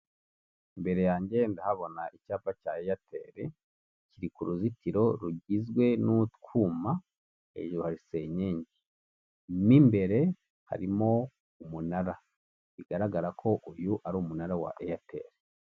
Imbere yanjye ndahabona icyapa cya Airtel kiri ku ruzitiro rugizwe n'utwuma hejuru hari senyenge mwimbere harimo umunara bigaragara ko uyu ari umunara wa Airtel .